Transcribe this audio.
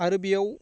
आरो बेयाव